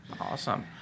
Awesome